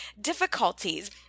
difficulties